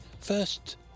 first